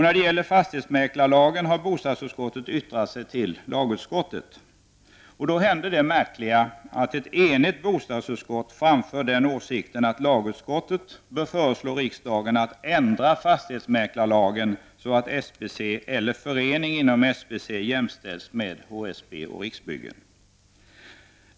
När det gäller fastighetsmäklarlagen har bostadsutskottet yttrat sig till lagutskottet. Då hände det märkliga att ett enigt bostadsutskott framförde den åsikten att lagutskottet bör föreslå riksdagen att ändra fastighetsmäklarlagen så, att SBC eller förening inom SBC jämställs med HSB och Riksbyggen.